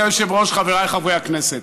היושב-ראש, חבריי חברי הכנסת,